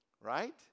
right